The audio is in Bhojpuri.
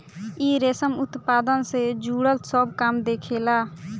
इ रेशम उत्पादन से जुड़ल सब काम देखेला